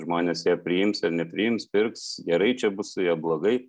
žmonės ją priims ar nepriims pirks gerai čia bus su ja blogai